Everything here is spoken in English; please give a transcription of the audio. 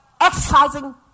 exercising